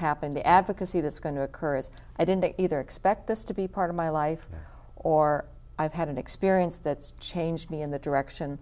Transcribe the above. happened the advocacy that's going to occur as i didn't either expect this to be part of my life or i've had an experience that's changed me in that direction